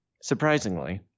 Surprisingly